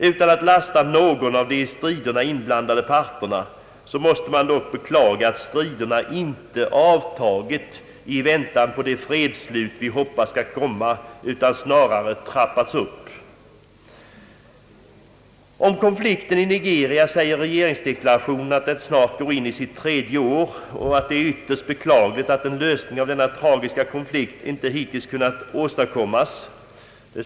Utan att lasta någon av de i striderna inblandade parterna måste man beklaga att striderna inte avtagit i väntan på det fredsslut vi hoppas skall komma utan snarare trappats upp. Om konflikten i Nigeria säger regeringsdeklarationen att den snart går in i sitt tredje år och att det är ytterst beklagligt att en lösning av denna tra . giska konflikt hittills inte kunnat åstadkommas.